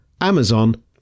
Amazon